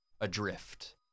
adrift